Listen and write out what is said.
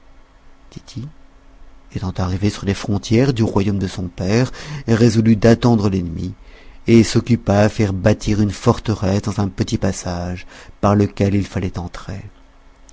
tity étant arrivé sur les frontières du royaume de son père résolut d'attendre l'ennemi et s'occupa à faire bâtir une forteresse dans un petit passage par lequel il fallait entrer